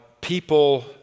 people